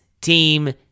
team